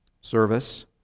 service